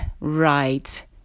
right